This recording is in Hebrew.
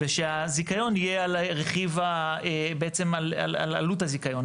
ושהזיכיון יהיה על עלות הזיכיון.